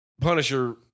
Punisher